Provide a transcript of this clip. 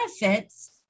benefits